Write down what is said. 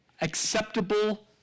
acceptable